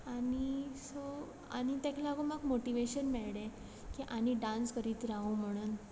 आनी सो आनी तेका लागोन म्हाका मोटीवेशन मेयडे की आनी डान्स करीत रावो म्हणून